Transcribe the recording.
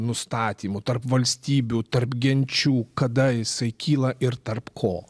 nustatymo tarp valstybių tarp genčių kada jisai kyla ir tarp ko